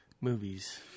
movies